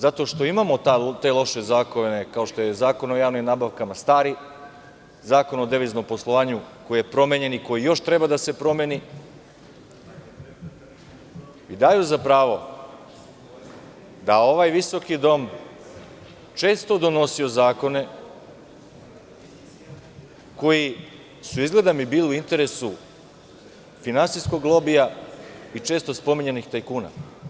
Zato što imamo te loše zakone, kao što je stari Zakon o javnim nabavkama, Zakon o deviznom poslovanju koji je promenjen i koji još treba da se promeni, daju za pravo da ovaj visoki dom je često donosio zakone koji su, izgleda, bili u interesu finansijskog lobija i često spominjanih tajkuna.